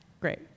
great